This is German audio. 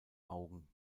augen